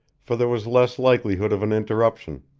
for there was less likelihood of an interruption.